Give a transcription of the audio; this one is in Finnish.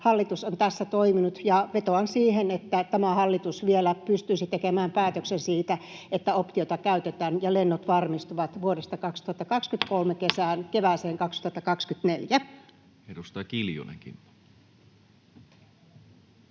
hallitus on tässä toiminut, ja vetoan siihen, että tämä hallitus vielä pystyisi tekemään päätöksen siitä, että optiota käytetään ja lennot varmistuvat vuodesta 2023 kevääseen